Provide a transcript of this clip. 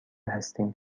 هستیم